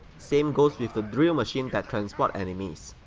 same goes with the drill machine that transport enemies.